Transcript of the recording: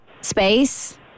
space